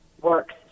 works